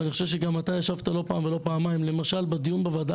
ואני חושב שגם אתה ישבת לא פעם ולא פעמיים למשל בדיון בוועדה